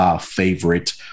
favorite